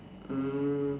um